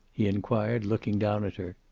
he inquired, looking down at her.